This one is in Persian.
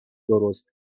درست